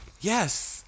Yes